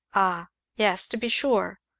ah yes, to be sure,